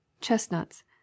CHESTNUTS